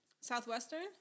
Southwestern